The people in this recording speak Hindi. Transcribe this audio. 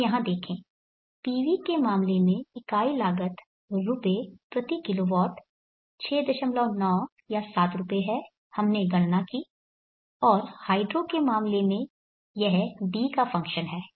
अब यहां देखें PV के मामले में इकाई लागत रु किलोवाट 69 या 7 रुपये है हमने गणना की और हाइड्रो के मामले में यह d का फंक्शन है